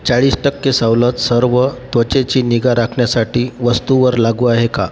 चाळीस टक्के सवलत सर्व त्वचेची निगा राखण्यासाठी वस्तूवर लागू आहे का